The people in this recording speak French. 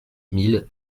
mille